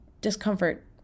discomfort